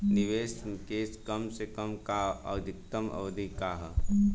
निवेश के कम से कम आ अधिकतम अवधि का है?